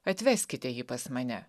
atveskite jį pas mane